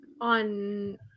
On